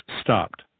stopped